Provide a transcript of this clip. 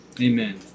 Amen